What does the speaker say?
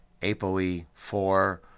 APOE4